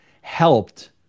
helped